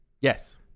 Yes